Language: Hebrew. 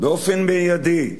באופן מיידי.